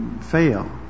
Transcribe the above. fail